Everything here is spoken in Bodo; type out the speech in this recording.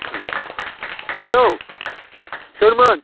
हेल' सोरमोन